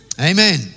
Amen